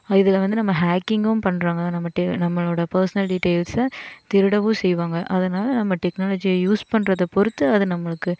இதில் வந்து நம்ம ஹாக்கிங்கும் பண்ணுறாங்க நம்ம நம்மளோட பெர்சனல் டிடைல்ஸ்ஸ திருடவும் செய்யுவாங்க அதனால் நம்ம டெக்னாலஜியை யூஸ் பண்ணுறத பொறுத்து அது நம்மளுக்கு